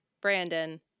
Brandon